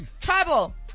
Tribal